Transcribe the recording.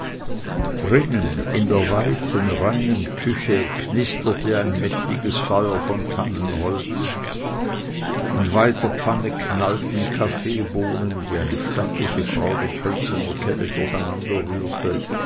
drinnen in der weiten reinen küche knisterte ein mächtiges feuer von tannenholz in weiter pfanne knallten kaffeebohnen die eine stattliche frau mit hölzerner kelle